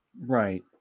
Right